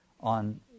on